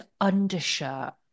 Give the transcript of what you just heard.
undershirt